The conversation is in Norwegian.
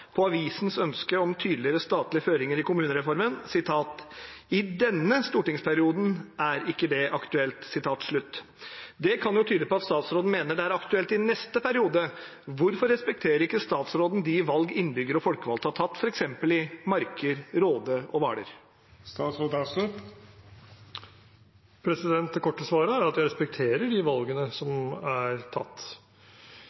på avisens ønske om tydeligere statlige føringer i kommunereformen: «I denne stortingsperioden er ikke det aktuelt.» Det kan tyde på at statsråden mener det er aktuelt i neste periode. Hvorfor respekterer ikke statsråden de valg innbyggere og folkevalgte har tatt for eksempel i Marker, Råde og Hvaler?» Det korte svaret er at jeg respekterer de valgene som